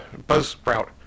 Buzzsprout